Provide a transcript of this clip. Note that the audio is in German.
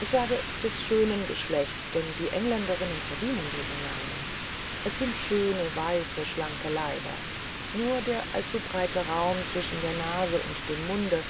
ich sage des schönen geschlechtes denn die engländerinnen verdienen diesen namen es sind schöne weiße schlanke leiber nur der allzu breite raum zwischen der nase und dem munde